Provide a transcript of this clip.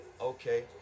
okay